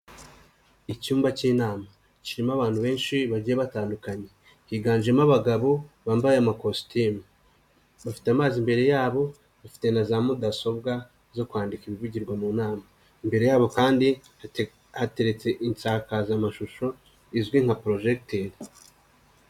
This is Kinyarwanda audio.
Icyumba cy'inama, kirimo abantu benshi bagiye batandukanye, higanjemo abagabo, bambaye amakositimu, bafite amazi imbere yabo, bafite na za mudasobwa zo kwandika ibivugirwa mu nama, imbere yabo kandi hateretse insakazamashusho, izwi nka porojegiteri.